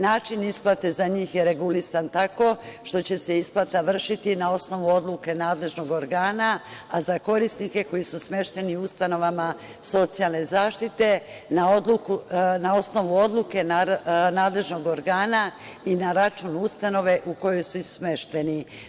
Način isplate za njih je regulisan tako što će se isplata vršiti na osnovu oduke nadležnog organa, a za korisnike koji su smešteni u ustanovama socijalne zaštite na osnovu odluke nadležnog organa i na račun ustanove u kojoj su smešteni.